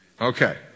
okay